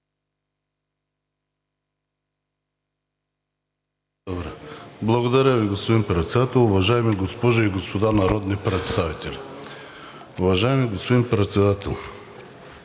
Благодаря Ви, господин Председател. Уважаеми госпожи и господа народни представители, уважаеми господин Председател!